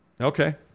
Okay